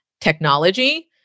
technology